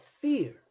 fear